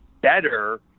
better